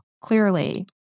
clearly